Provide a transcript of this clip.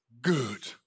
good